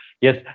Yes